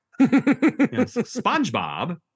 Spongebob